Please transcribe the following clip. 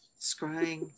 scrying